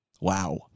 Wow